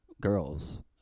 girls